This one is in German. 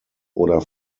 oder